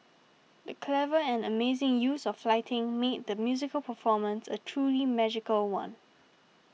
the clever and amazing use of lighting made the musical performance a truly magical one